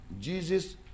Jesus